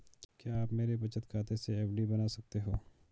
क्या आप मेरे बचत खाते से एफ.डी बना सकते हो?